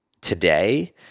today